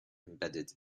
embedded